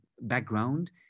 background